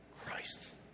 Christ